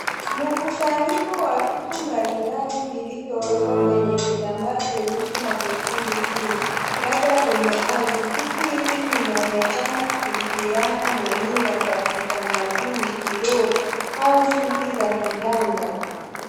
Mkusanyiko wa vitu mbalimbali vilivyowekwa kwenye kitambaa cheusi na chekundu chini, labda kwenye ardhi. Vitu hivi vinaonekana kuhusiana na mila za kitamaduni, kiroho au shughuli za kiganga.